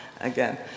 again